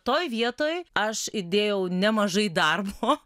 toj vietoj aš įdėjau nemažai darbo